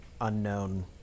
unknown